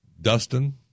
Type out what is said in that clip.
Dustin